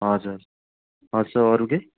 हजुर हजुर सर अरू केही